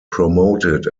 promoted